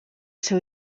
seu